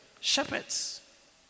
Shepherds